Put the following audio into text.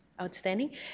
outstanding